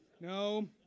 No